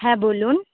হ্যাঁ বলুন